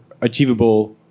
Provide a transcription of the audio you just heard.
achievable